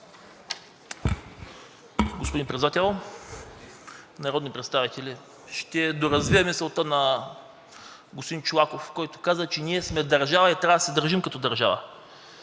Господин Председател, народни представители! Ще доразвия мисълта на господин Чолаков, който каза, че ние сме държава и трябва да се държим като държава,